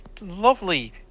Lovely